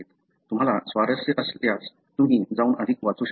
तुम्हाला स्वारस्य असल्यास तुम्ही जाऊन अधिक वाचू शकता